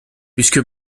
puisque